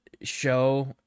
show